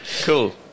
Cool